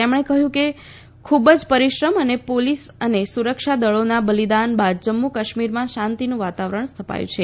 તેમણે કહ્યું કે ખૂબ જ પરિશ્રમ અને પોલીસ અને સુરક્ષા દળોના બલિદાન બાદ જમ્મુ કાશ્મીરમાં શાંતિનું વાતાવરણ સ્થપાયું છે